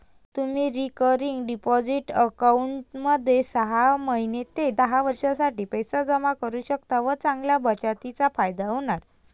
तुम्ही recurring deposit अकाउंटमध्ये सहा महिने ते दहा वर्षांसाठी पैसे जमा करू शकता व चांगल्या बचतीचा फायदा होणार